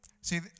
See